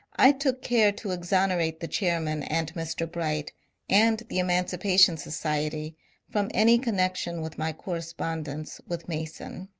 i took care to exonerate the chairman and mr. bright and the emancipation society from any connec tion with my correspondence with mason.